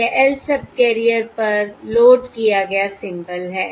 यह lth subcarrier पर load किया गया सिंबल है